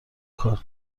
کار